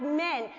men